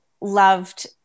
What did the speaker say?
loved